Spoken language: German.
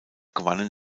gewannen